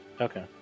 Okay